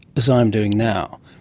as i'm doing now,